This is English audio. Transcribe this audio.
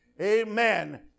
Amen